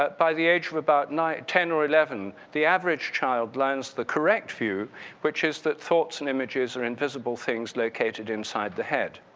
but by the age of about nine ten or eleven, the average child learns the correct view which is that thoughts and images are invisible things located inside the head.